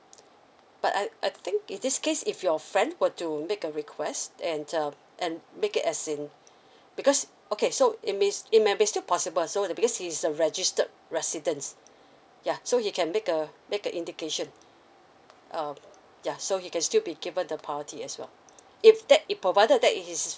but I I think in this case if your friends were to make a request and err and make it as in because okay so it means it may be still possible so the because he's a registered residence yeah so you can make a make a indication um yeah so you can still be given the priority as well if that if provided that it is